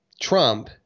Trump